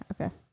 okay